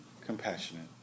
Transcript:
compassionate